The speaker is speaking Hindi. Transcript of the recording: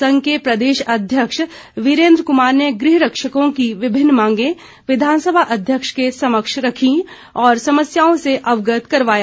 संघ के प्रदेश अध्यक्ष वीरेन्द्र क्मार ने गृह रक्षकों की विभिन्न मांगें विधानसभा अध्यक्ष के समक्ष रखीं और समस्याओं से अवगत करवाया